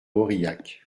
aurillac